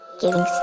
giving